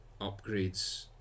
upgrades